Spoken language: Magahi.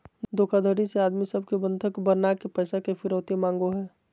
धोखाधडी से आदमी सब के बंधक बनाके पैसा के फिरौती मांगो हय